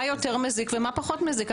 מה יותר מזיק ומה פחות מזיק.